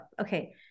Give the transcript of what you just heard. Okay